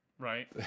right